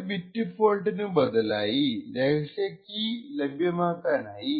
ഒരു ബിറ്റ് ഫോൾട്ടിനു ബദലായി രഹസ്യ കീ ലഭ്യമാക്കാനായി